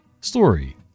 story